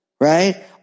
right